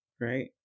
right